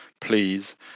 please